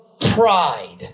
Pride